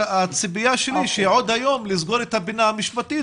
הציפייה שלי היא שעוד היום נסגור את הפינה המשפטית